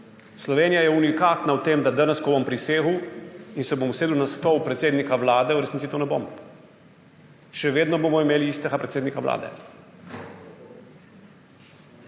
Slovenija je unikatna v tem, da danes, ko bom prisegel in se bom usedel na stol predsednika Vlade, v resnici to ne bom, še vedno bomo imeli istega predsednika Vlade.